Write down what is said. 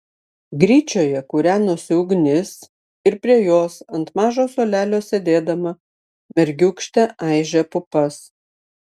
gryčioje kūrenosi ugnis ir prie jos ant mažo suolelio sėdėdama mergiūkštė aižė pupas